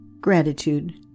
Gratitude